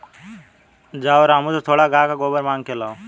जाओ रामू से थोड़ा गाय का गोबर मांग के लाओ